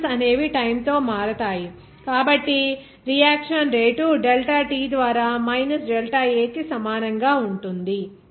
reactions అనేవి time తో మారతాయి కాబట్టి రియాక్షన్ రేటు డెల్టా t ద్వారా మైనస్ డెల్టా A కి సమానంగా ఉంటుంది